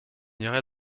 irai